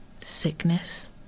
sickness